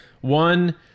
One